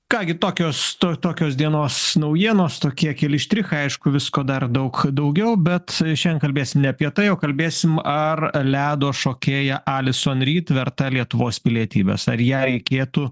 ką gi tokios to tokios dienos naujienos tokie keli štrichai aišku visko dar daug daugiau bet šiandien kalbėsim ne apie tai o kalbėsim ar ledo šokėja ali sonryt verta lietuvos pilietybės ar ją reikėtų